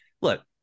Look